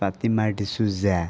Fatima D'Souza